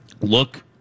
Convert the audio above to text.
Look